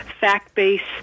fact-based